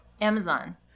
Amazon